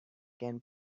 can